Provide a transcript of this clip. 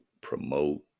promote